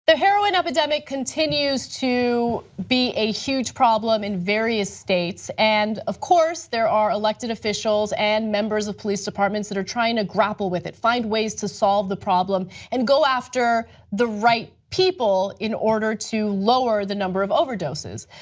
the heroine epidemic continues to be a huge problem in various states and of course, there are elected officials and members of police departments that are trying to grapple with it, find ways to solve the problem and go after the right people in order to lower the number of overdoses.